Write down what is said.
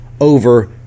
over